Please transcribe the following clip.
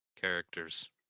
characters